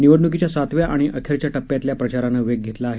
निवडणुकीच्या सातव्या आणि अखेरच्या टप्प्यातल्या प्रचारानं वेग घेतला आहे